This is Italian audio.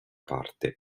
parte